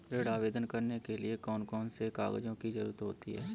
ऋण आवेदन करने के लिए कौन कौन से कागजों की जरूरत होती है?